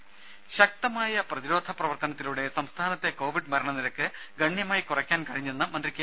ദേദ ശക്തമായ പ്രതിരോധ പ്രവർത്തനത്തിലൂടെ സംസ്ഥാനത്തെ കോവിഡ് മരണനിരക്ക് ഗണ്യമായി കുറയ്ക്കാൻ കഴിഞ്ഞുവെന്ന് മന്ത്രി കെ